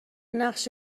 نقش